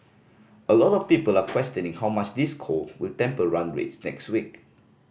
a lot of people are questioning how much this cold will temper run rates next week